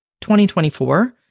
2024